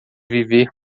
viver